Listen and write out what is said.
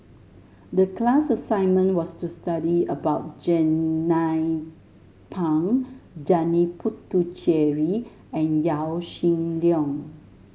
the class assignment was to study about Jernnine Pang Janil Puthucheary and Yaw Shin Leong